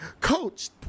coach